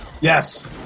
Yes